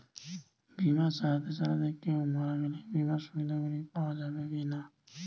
বিমা চালাতে চালাতে কেও মারা গেলে বিমার সুবিধা গুলি পাওয়া যাবে কি না?